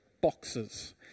boxes